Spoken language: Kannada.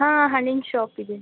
ಹಾಂ ಹಣ್ಣಿನ ಶಾಪಿದೆ